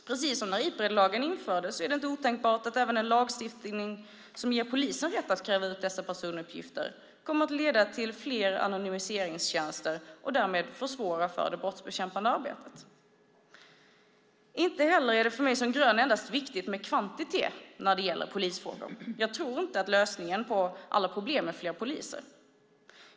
Precis som när Ipredlagen infördes är det inte otänkbart att även en lagstiftning som ger polisen rätt att kräva ut dessa personuppgifter kommer att leda till fler anonymiseringstjänster och därmed försvåra för det brottsbekämpande arbetet. Inte heller är det för mig som grön endast viktigt med kvantitet när det gäller polisfrågor. Jag tror inte att lösningen på alla problem är fler poliser.